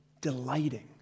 delighting